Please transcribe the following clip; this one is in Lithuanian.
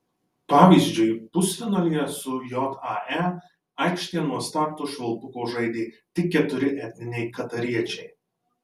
pavyzdžiui pusfinalyje su jae aikštėje nuo starto švilpuko žaidė tik keturi etniniai katariečiai